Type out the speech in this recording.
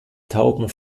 tauben